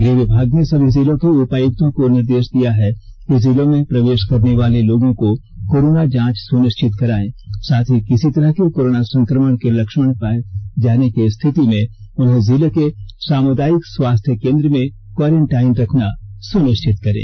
गृहविभाग ने सभी जिलों के उपायुक्तों को निर्देष दिया है कि जिलों में प्रवेष करने वाले लोगों को कोरोना जांच सुनिष्चित करायें साथ ही किसी तरह के कोरोना संक्रमण के लक्षण पाये जाने की स्थिति में उन्हें जिले के सामुदायिक स्वास्थ्य केंद्र में क्वारेंटाइन रखना सुनिष्चित करें